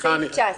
סעיף 18